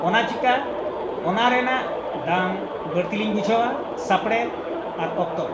ᱚᱱᱟ ᱪᱤᱠᱟᱹ ᱚᱱᱟ ᱨᱮᱱᱟᱜ ᱫᱟᱢ ᱵᱟᱹᱲᱛᱤ ᱞᱤᱧ ᱵᱩᱡᱷᱟᱹᱣᱟ ᱥᱟᱯᱲᱮᱫ ᱟᱨ ᱚᱠᱛᱚ